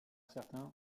certains